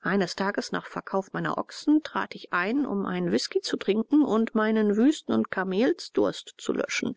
eines tages nach verkauf meiner ochsen trat ich ein um einen whisky zu trinken und meinen wüsten und kamelsdurst zu löschen